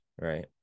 right